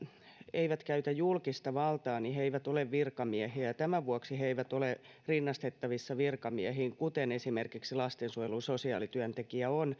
eivät käytä julkista valtaa niin he eivät ole virkamiehiä ja tämän vuoksi he eivät ole rinnastettavissa virkamiehiin kuten esimerkiksi on lastensuojelun sosiaalityöntekijä